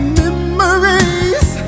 memories